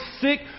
sick